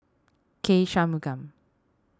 K Shanmugam